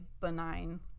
benign